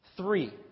Three